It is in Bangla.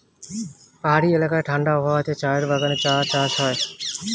পাহাড়ি এলাকায় ঠাণ্ডা আবহাওয়াতে চায়ের বাগানে চা চাষ হয়